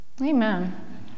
Amen